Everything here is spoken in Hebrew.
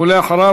ואחריו,